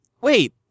Wait